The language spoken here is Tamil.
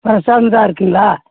ரஸ்தாலி தான் இருக்குதுங்களா